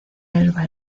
elba